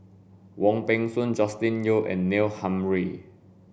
Wong Peng Soon Joscelin Yeo and Neil Humphreys